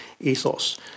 ethos